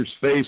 face